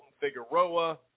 Figueroa